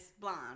Blonde